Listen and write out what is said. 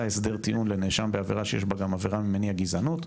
הסדר טיעון לנאשם בעבירה שיש בה גם עבירה ממניע גזענות,